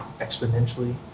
exponentially